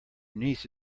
niece